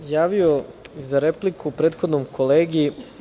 Javio sam se za repliku prethodnom kolegi.